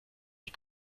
die